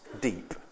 deep